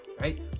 right